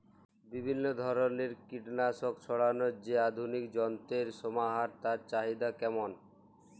বিভিন্ন ধরনের কীটনাশক ছড়ানোর যে আধুনিক যন্ত্রের সমাহার তার চাহিদা কেমন?